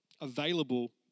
available